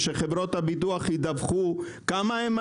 זו הפעם הראשונה שאני שומע שאתם מתייחסים לכמה אנשים מרוויחים.